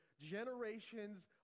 generations